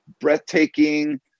breathtaking